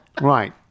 Right